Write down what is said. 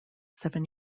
seven